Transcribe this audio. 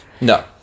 No